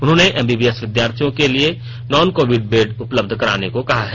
उन्होंने एमबीबीएस विद्यार्थियों के लिए नॉन कोविड बेड उपलब्ध कराने को कहा है